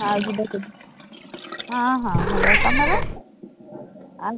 ହଁ ଯିବା ସବୁ ହଁ ହଁ ଭଲ ଅଛି ଆଉ ତମର ଆଉ